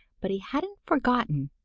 but he hadn't forgotten,